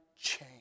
change